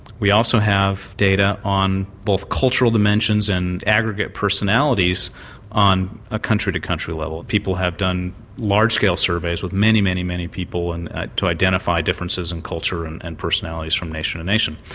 we also have data on both cultural dimensions and aggregate personalities on a country to country level. people have done large-scale surveys with many, many, many people and to identify differences in culture and and personalities from nation to nation.